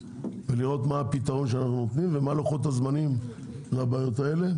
לראות מה הפתרון שאנחנו נותנים ומה לוחות הזמנים לבעיות האלה.